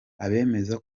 abemeza